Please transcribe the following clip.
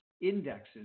indexes